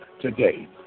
today